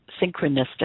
synchronistic